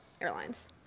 Airlines